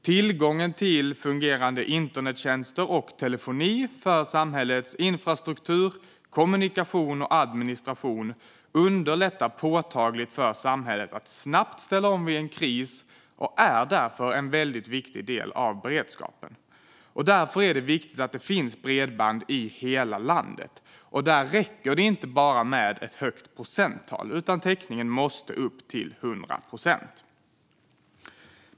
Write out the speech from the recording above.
Tillgången till fungerande internettjänster och telefoni för samhällets infrastruktur, kommunikation och administration underlättar påtagligt för samhället att snabbt ställa om vid en kris och är en väldigt viktig del av beredskapen. Därför är det viktigt att det finns bredband i hela landet, och det räcker inte med bara ett högt procenttal - täckningen måste upp till 100 procent.